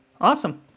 Awesome